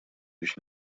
biex